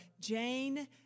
Jane